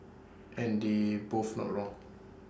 and they're both not wrong